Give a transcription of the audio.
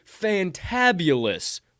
fantabulous